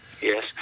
Yes